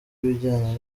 ibijyanye